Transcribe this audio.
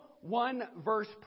one-verse